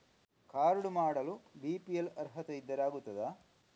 Card ಮಾಡಲು BPL ಅರ್ಹತೆ ಇದ್ದರೆ ಆಗುತ್ತದ?